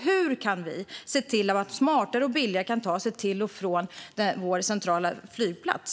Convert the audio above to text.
Hur kan vi se till att vi smartare och billigare kan ta oss till och från vår centrala flygplats?